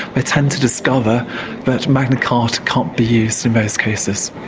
ah tend to discover that magna carta can't be used in those cases.